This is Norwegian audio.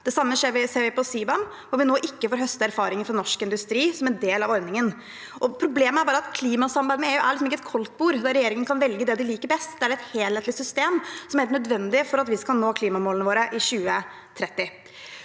Det samme ser vi for CBAM, hvor vi nå ikke får høste erfaringer fra norsk industri som en del av ordningen. Problemet er at klimasamarbeidet med EU ikke er et koldtbord der regjeringen kan velge det de liker best. Det er et helhetlig system, som er helt nødvendig for at vi skal nå klimamålene våre i 2030.